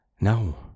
no